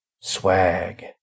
Swag